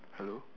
hello